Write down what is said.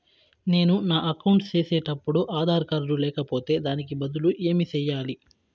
నేను నా అకౌంట్ సేసేటప్పుడు ఆధార్ కార్డు లేకపోతే దానికి బదులు ఏమి సెయ్యాలి?